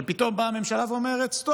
אבל פתאום באה הממשלה ואומרת: סטופ,